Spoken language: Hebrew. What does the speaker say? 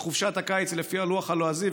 וחופשת הקיץ היא לפי הלוח הלועזי,